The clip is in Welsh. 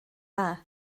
dda